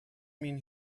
mean